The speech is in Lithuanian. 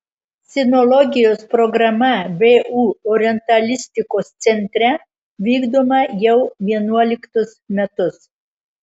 sinologijos programa vu orientalistikos centre vykdoma jau vienuoliktus metus